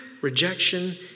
rejection